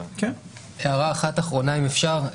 הערה אחת אחרונה, אם אפשר,